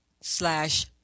slash